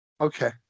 Okay